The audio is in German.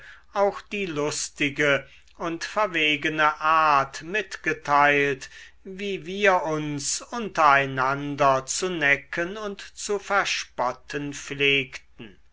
auch die lustige und verwegene art mitgeteilt wie wir uns untereinander zu necken und zu verspotten pflegten